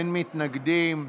אין מתנגדים.